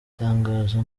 igitangaza